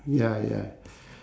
ya ya